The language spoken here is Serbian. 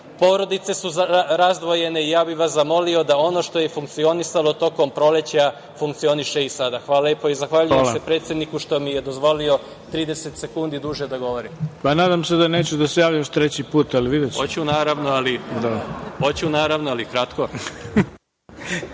porodice su razdvojene i ja bih vas zamolio da ono što je funkcionisalo tokom proleća funkcioniše i sada. Hvala lepo i zahvaljujem se predsedniku što mi je dozvolio 30 sekundi duže da govorim. **Ivica Dačić** Nadam se da nećeš da se javljaš treći put, ali videćemo. **Balint